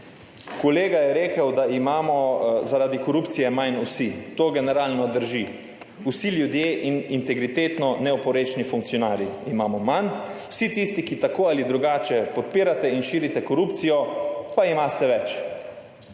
Kolega je rekel, da imamo zaradi korupcije manj vsi. To generalno drži. Vsi ljudje in integritetno neoporečni funkcionarji imamo manj. Vsi tisti, ki tako ali drugače podpirate in širite korupcijo pa imate več.